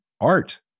art